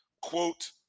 Quote